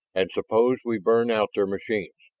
and suppose we burn out their machines?